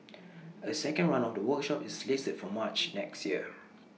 A second run of the workshop is slated for March next year